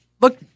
Look